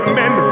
men